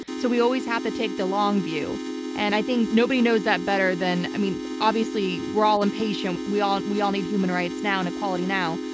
so we always have to take the long view and i think nobody knows that better than, i mean obviously we're all impatient. we all we all need human rights now and equality now,